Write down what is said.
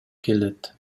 келет